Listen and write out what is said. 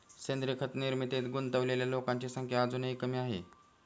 सेंद्रीय खत निर्मितीत गुंतलेल्या लोकांची संख्या अजूनही कमी आहे